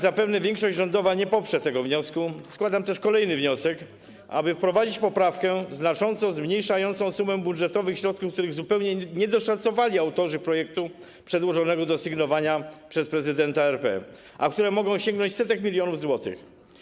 Zapewne większość rządowa nie poprze tego wniosku, dlatego też składam kolejny wniosek dotyczący wprowadzenia poprawki znacząco zmniejszającej sumę budżetowych środków, których zupełnie nie doszacowali autorzy projektu przedłożonego do sygnowania przez prezydenta RP, które to środki mogą sięgnąć setek milionów złotych.